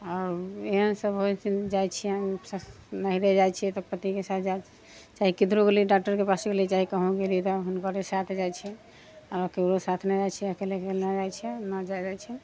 आओर एहन सभ होइ जाइत छियनि नैहरे जाइत छियै तऽ पतिके साथ चाहे किधरो गेलियै डॉक्टरके पास गेलियै चाहे कहूँ गेलियै तऽ हुनकरे साथ जाइत छी आरो ककरो साथ नहि जाइत छियै अकेले अकेले ना जाइत छियै ना जाय दैत छै